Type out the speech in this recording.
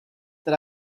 that